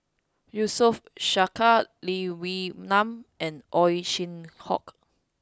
Yusof Ishak Lee Wee Nam and Ow Chin Hock